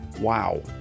Wow